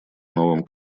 новом